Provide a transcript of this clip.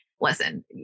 listen